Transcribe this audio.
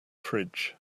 fridge